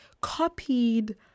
copied